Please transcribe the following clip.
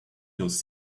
those